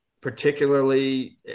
Particularly